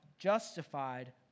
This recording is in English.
Justified